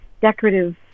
decorative